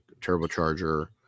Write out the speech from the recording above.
turbocharger